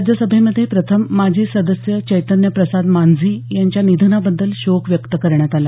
राज्यसभेमध्ये प्रथम माजी सदस्य चैतन्य प्रसाद मांझी यांच्या निधनाबद्दल शोक व्यक्त करण्यात आला